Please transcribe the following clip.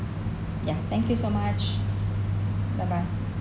ya thank you so much bye bye